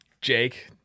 Jake